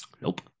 nope